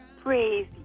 Praise